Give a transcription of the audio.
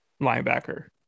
linebacker